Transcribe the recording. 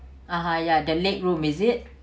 uh-huh ya the leg room is it